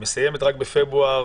שמסיימת רק בינואר-פברואר,